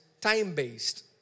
time-based